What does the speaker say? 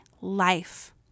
life